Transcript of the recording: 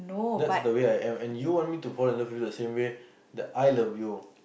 that's the way I am and you want me to fall in love with you the same way that I love you